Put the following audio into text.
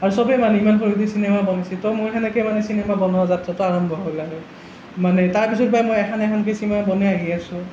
আৰু চবে কয় ইমান সৰুতে চিনেমা বনাইছে তো মই সেনেকৈ মানে চিনেমা বনোৱা যাত্ৰাটো আৰম্ভ হ'ল আৰু মানে তাৰ পাছৰ পৰাই মই এখন এখনকৈ চিনেমা বনাই আহি আছো